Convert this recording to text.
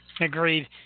Agreed